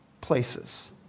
places